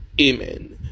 Amen